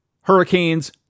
Hurricanes